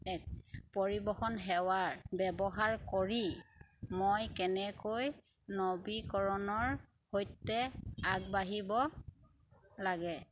পৰিৱহণ সেৱাৰ ব্যৱহাৰ কৰি মই কেনেকৈ নৱীকৰণৰ সৈতে আগবাঢ়িব লাগে